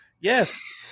yes